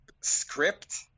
script